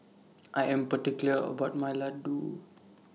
I Am particular about My Ladoo